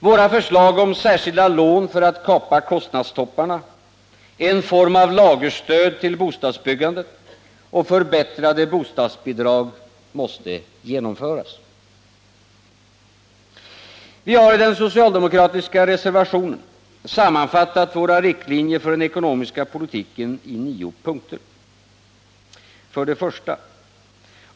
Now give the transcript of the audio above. Våra förslag om särskilda lån för att kapa kostnadstopparna, en form av lagerstöd till bostadsbyggandet och förbättrade bostadsbidrag måste genomföras. Vi har i den socialdemokratiska reservationen sammanfattat våra riktlinjer för den ekonomiska politiken i nio punkter. 1.